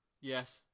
Yes